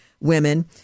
women